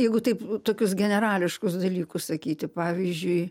jeigu taip tokius generališkus dalykus sakyti pavyzdžiui